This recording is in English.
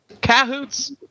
Cahoots